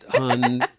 on